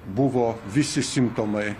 buvo visi simptomai